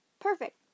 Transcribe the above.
Perfect